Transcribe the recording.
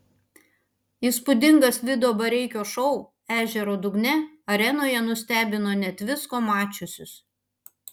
įspūdingas vido bareikio šou ežero dugne arenoje nustebino net visko mačiusius